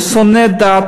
הוא שונא דת,